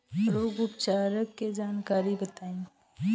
रोग उपचार के जानकारी बताई?